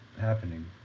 happening